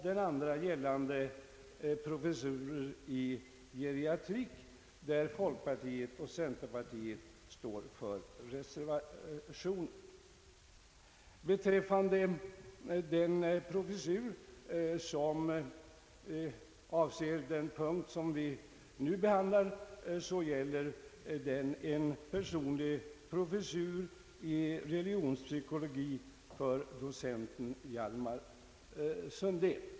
Det andra gäller professurer i geriatrik, där folkpartiet och centerpartiet står för reservationen. Den punkt som vi nu behandlar gäller en personlig professur i religionspsykologi för docenten Hjalmar Sundén.